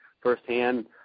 firsthand